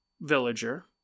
villager